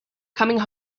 coming